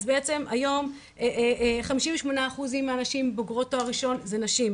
אז בעצם היום חמישים ושמונה אחוזים מהנשים בוגרות תואר ראשון זה נשים,